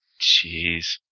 Jeez